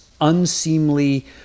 unseemly